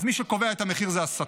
אז מי שקובע את המחיר זה השטן.